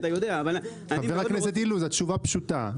התשובה פשוטה,